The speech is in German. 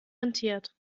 rentiert